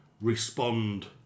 respond